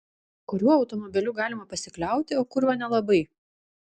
kuriuo automobiliu galima pasikliauti o kuriuo nelabai